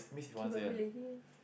capability